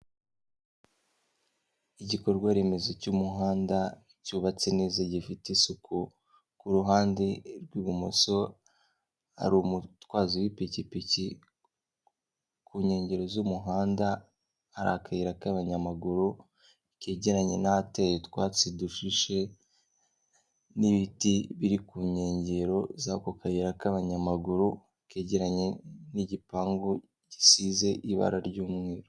Igikorwa Remezo cy'umuhanda cyubatse neza gifite isuku, ku ruhande rw'ibumoso hari umutwazi w'ipikipiki, ku nkengero z'umuhanda hari akayira k'abanyamaguru kegeranye n'ahateye utwatsi dushishe, n'ibiti biri ku nkengero z'ako kayira k'abanyamaguru kegeranye n'igipangu gisize ibara ry'umweru.